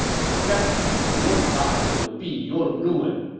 defectors from your side will be your ruin!